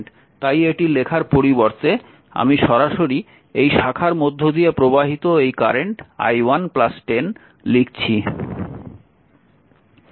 তাই এটি লেখার পরিবর্তে আমি সরাসরি এই শাখার মধ্য দিয়ে প্রবাহিত এই কারেন্ট i 1 10 লিখছি